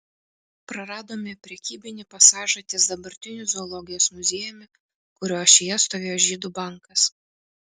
praradome prekybinį pasažą ties dabartiniu zoologijos muziejumi kurio ašyje stovėjo žydų bankas